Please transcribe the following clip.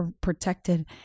protected